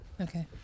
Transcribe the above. Okay